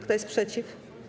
Kto jest przeciw?